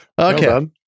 Okay